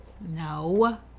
No